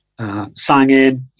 Sangin